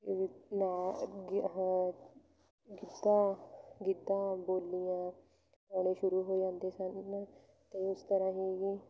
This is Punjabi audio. ਨਾਚ ਗ ਗਿੱਧਾ ਗਿੱਧਾ ਬੋਲੀਆਂ ਪਾਉਣੇ ਸ਼ੁਰੂ ਹੋ ਜਾਂਦੇ ਸਨ ਅਤੇ ਉਸ ਤਰ੍ਹਾਂ ਹੀ